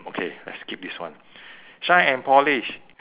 okay let's skip this one shine and polish